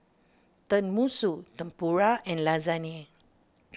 Tenmusu Tempura and Lasagne